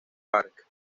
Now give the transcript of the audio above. park